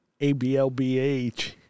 ABLBH